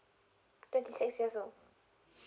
twenty six years old